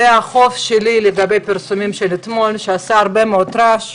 זה החוב שלי לגבי הפרסומים מאתמול שעשו הרבה מאוד רעש,